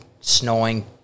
snowing